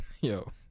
Yo